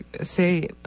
say